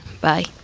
Bye